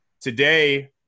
today